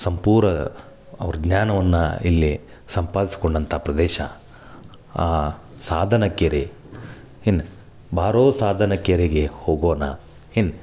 ಸಂಪೂರ ಅವ್ರ ಜ್ಞಾನವನ್ನು ಇಲ್ಲಿ ಸಂಪಾದಿಸಿಕೊಂಡಂಥ ಪ್ರದೇಶ ಆ ಸಾಧನಕೆರೆ ಇನ್ನು ಬಾರೋ ಸಾಧನಕೆರೆಗೆ ಹೋಗೋಣ ಇನ್ನು